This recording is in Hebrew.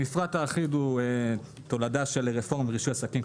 המפרט האחיד הוא תולדה של רפורמה ברישוי עסקים.